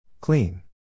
Clean